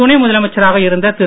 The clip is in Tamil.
துணை முதலமைச்சராக இருந்த திரு